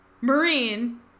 Marine